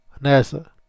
NASA